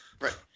Right